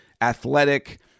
athletic